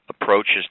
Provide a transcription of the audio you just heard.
Approaches